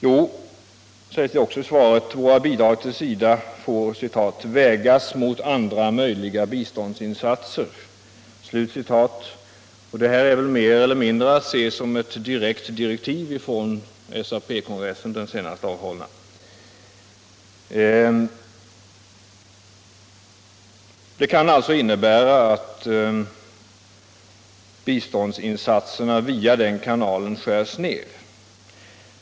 Jo — det sägs också i svaret — våra bidrag till IDA får ”vägas mot andra möjliga biståndsinsatser”. Detta är väl mer eller mindre att se som ett direktiv från den senast avhållna SAP-kongressen. Det svaret kan alltså innebära att biståndsinsatserna via den kanalen skärs ned.